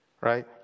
Right